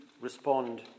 respond